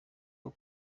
aho